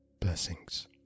Blessings